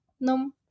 no